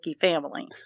family